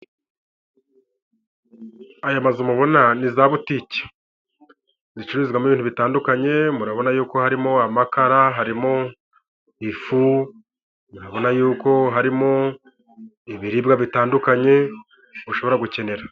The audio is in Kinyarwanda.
Aya mazu mubona ni za butike, zicuruzwamo ibintu bitandukanye, murabona yuko harimo amakara, harimo ifu, urabona yuko harimo ibiribwa bitandukanye, ushobora gukenera.